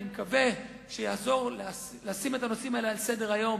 אני מקווה שיעזור לשים את הנושאים האלה על סדר-היום